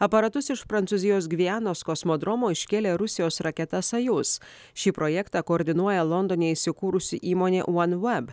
aparatus iš prancūzijos gvianos kosmodromo iškėlė rusijos raketa sojuz šį projektą koordinuoja londone įsikūrusi įmonė vanveb